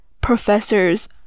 professors